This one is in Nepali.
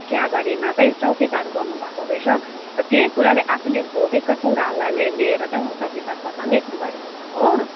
चियाबारीमा चाहिँ चौकीदार गर्नु भएको रहेछ र त्यही कुराले आफूले भोगेका कुराहरूलाई लिएर चाहिँ चौकीदार कथा लेख्नु भएको छ हो